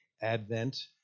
Advent